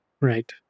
Right